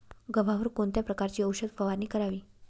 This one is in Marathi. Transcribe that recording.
गव्हावर कोणत्या प्रकारची औषध फवारणी करावी?